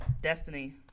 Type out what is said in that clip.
Destiny